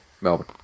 Melbourne